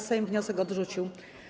Sejm wniosek odrzucił.